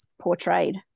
portrayed